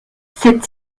cette